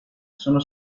sono